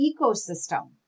ecosystem